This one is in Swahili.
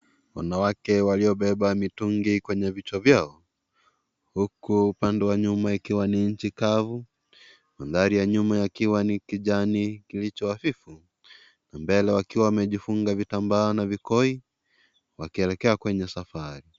Wanawake waliobeba mitungi kwenye vichwa vyao. Huku upande wa nyuma ukiwa ni nchi kavu, mandhari ya nyuma yakiwa ni kijani kilichoafifu, mbele wakiwa wamejifunga vitambaa na vikoi wakielekea kwenye safari.